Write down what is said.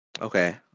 Okay